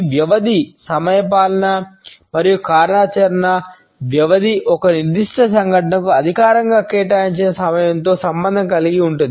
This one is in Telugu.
వ్యవధి ఒక నిర్దిష్ట సంఘటనకు అధికారికంగా కేటాయించిన సమయంతో సంబంధం కలిగి ఉంటుంది